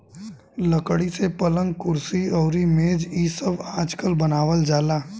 लकड़ी से पलंग, कुर्सी अउरी मेज़ इ सब आजकल बनावल जाता